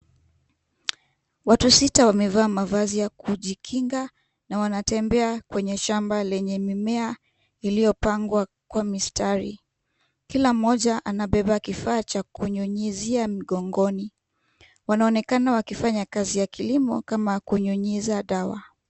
Watu sita wamevaa mavazi ya kujikinga na wanatembea kwenye shamba lenye miomea iliyopangwa mistari. Kila mmoja anabeba kifaa cha kunyunyizia mgongoni. Wanaonekana wakifanya kazi ya kilimo kama kunyunyiza dawa.